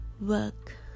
work